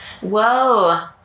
Whoa